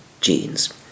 genes